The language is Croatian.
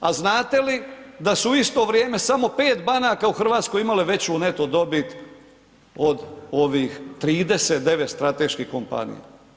A znate li da su u isto vrijeme samo 5 banaka u Hrvatskoj imale veću neto dobit od ovih 39 strateških kompanija.